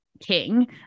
king